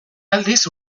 aldiz